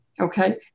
Okay